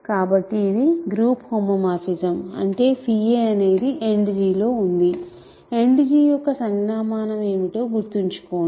కాబట్టి ఇవి group homomorphism అంటే aఅనేది End లో ఉంది End యొక్క సంజ్ఞామానం ఏమిటో గుర్తుంచుకోండి